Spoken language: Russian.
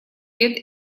лет